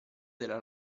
della